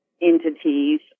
entities